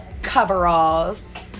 Coveralls